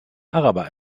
araber